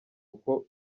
uko